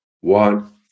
one